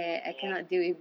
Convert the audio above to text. ya